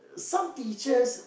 some teachers